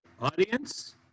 audience